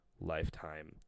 lifetime